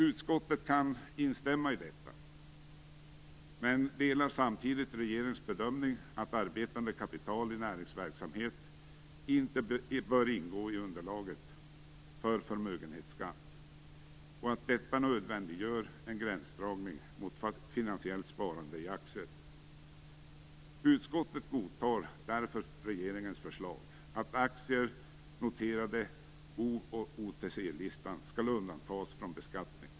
Utskottet kan instämma i detta, men delar samtidigt regeringens bedömning att arbetande kapital i näringsverksamhet inte bör ingå i underlaget för förmögenhetsskatt, och att detta nödvändiggör en gränsdragning mot finansiellt sparande i aktier. Utskottet godtar därför regeringens förslag att aktier noterade på O och OTC-listan skall undantas från beskattning.